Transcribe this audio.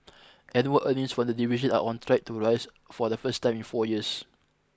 annual earnings from the division are on track to rise for the first time in four years